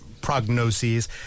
prognoses